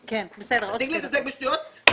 הדברים.